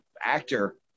actor